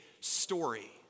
story